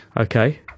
Okay